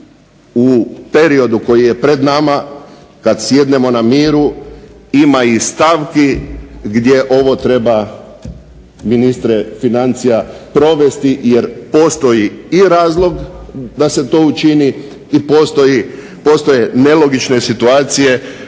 u periodu koji je pred nama, kad sjednemo na miru, ima i stavki gdje ovo treba ministre financija provesti jer postoji i razlog da se to učini i postoje nelogične situacije